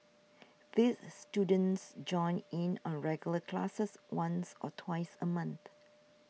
these students join in on regular classes once or twice a month